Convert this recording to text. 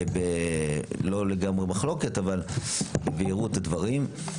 לא לגמרי במחלוקת אבל יבהירו את הדברים.